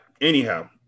anyhow